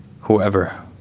whoever